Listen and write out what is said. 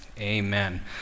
amen